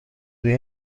روی